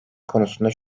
konusunda